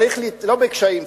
לא בקשיים,